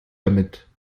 damit